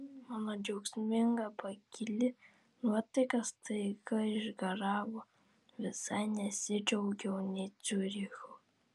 mano džiaugsminga pakili nuotaika staiga išgaravo visai nesidžiaugiau nė ciurichu